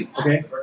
okay